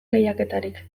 lehiaketarik